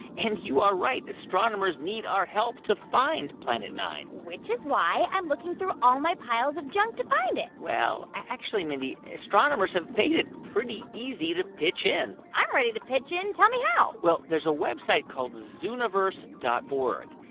and you are right. astronomers need our help to find planet nine point which is why i'm looking through all my piles of junk to find it well, actually, mindy, astronomers have made it pretty easy to pitch in i'm ready to pitch in. tell me how well, there's a website called zooniverse dot org.